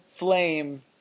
flame